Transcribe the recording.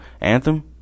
Anthem